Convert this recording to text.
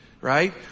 right